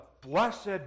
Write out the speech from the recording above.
blessed